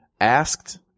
Asked